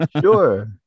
sure